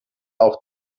auch